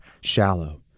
shallow